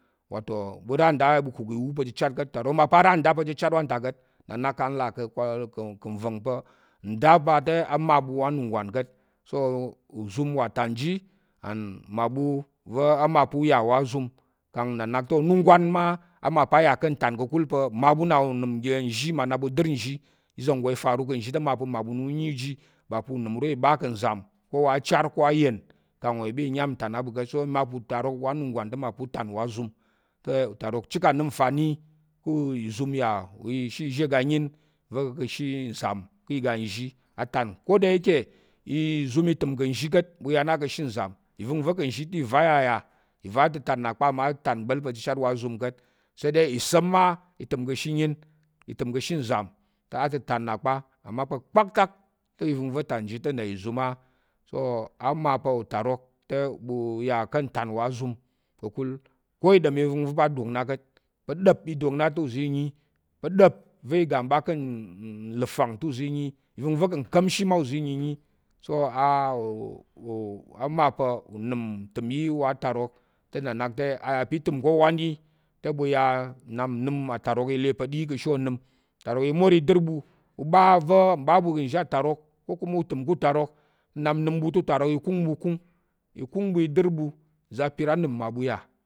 Wa to ɓu ra nda ɓu kuk iwu pa̱ chichat ka̱t, utarok mma pa̱ a ra nda wa nta pa̱ chichat ka̱t, nna nak kang nlà ko ka̱ nva̱ng pa̱ nda pa te ama ɓu wa anunggwan ka̱t so uzum uwa tán ji and mmaɓu va̱ mma pa̱ u yà wa azum kang nna nak te onunggwan ma. a ma pa̱ a yà ká̱ ntán ka̱kul pa̱ mmaɓu unəm uga nzhi, mmaɓu na ɓu dər nzhi, iza̱ nggo i fa ru ka̱ nzhi te, mmaɓu ɓu na u yi ji ba pa̱ unəm uro i ɓa ka̱ nzam ko wa achar, ko wa ayen kang i ba i nyam ntán á ɓu ka̱t mma pa̱ utarok uwa anunggwan te mma pa̱ u tán wa azum, te utarok chika nəm nfani ka̱ uzum yà ka̱ ashe izhé iga ayin va̱ ka̱ ashe nzam ká̱ iga nzhi a tán, ko de inke izum i təm ka̱ nzhi ka̱t, ɓu ya na ka̱ ashe nzam, i va̱ngva̱ ka̱ nzhi te, ìva i ya a yà, ìva tán na kpa amma ìva tán gba̱l pa̱ chichat wa azum ka̱t, sade iza̱m mma i təm ka̱ ashe ayin i təm ka̱ ashe nzam a ntətán na kpa amma pa̱ kpaktak te iva̱ngva̱ tán ji te nnà ìzum á. So ama pa̱ utarok te ɓu yà ká̱ ntán wa azum ka̱kul ko i ɗom ivəngva̱ pa̱ a tok na ka̱t pa̱ ɗa̱p i tok na te uza̱ i ya pa̱ ɗa̱p iga m ɓa ká̱ nləp ifang te uza̱ i yi iva̱ngva̱ ka̱ nka̱mshi mma uza̱ i yi so unəm ama pa̱ n təm yi wa atarok, a yà pa̱ i təm ko owan yi te ɓu ya nnap nnəm atarok i le pa̱ ɗi ka̱ ashe onəm, utarok i mor i dər ɓu, u ɓa va̱ n ɓa ɓu ka̱ nzhi atarok kokuma u təm ká̱ utarok nnap nnəm te utarok ikung ɓu kung i kung ɓu i dər ɓu nza̱ apir anəm mmaɓu yà?